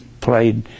played